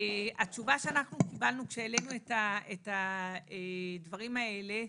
התשובה שקיבלנו כשהעלנו את הדברים האלה,